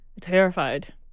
Terrified